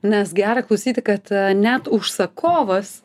nes gera klausyti kad net užsakovas